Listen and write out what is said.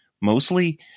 Mostly